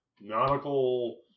nautical